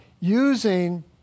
using